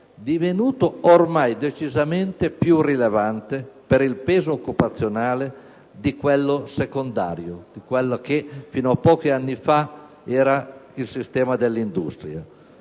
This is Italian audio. divenuto ormai decisamente più rilevante, per il peso occupazionale, di quello secondario (cioè di quello che fino a pochi anni fa era il sistema dell'industria).